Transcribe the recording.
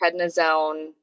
prednisone